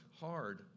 hard